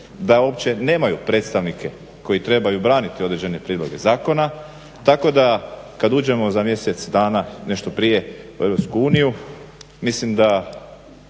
da uopće nemaju predstavnike koji trebaju braniti određene prijedloge zakona tako da kad uđemo za mjesec dana, nešto prije, u EU mislim da